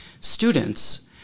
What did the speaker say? students